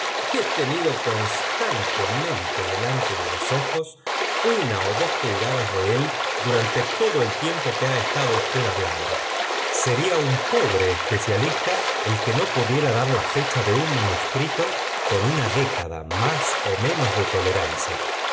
j tenido constantemente delante de los ojos una ó dos pulgadas de él durante todo el tiempo que ha estado usted hablando sería un pobre especialista el que no pudiera dar la fecha de un manuscrito con una década más ó menos de tolerancia